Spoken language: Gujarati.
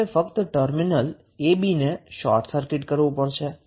આપણે ફક્ત ટર્મિનલ ab ને શોર્ટ સર્કિટ કરવું પડશે